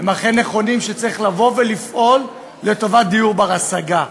הם אכן נכונים, שצריך לפעול לטובת דיור בר-השגה.